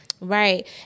Right